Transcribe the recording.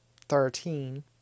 thirteen